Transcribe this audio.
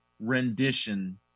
rendition